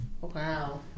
wow